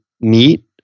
meat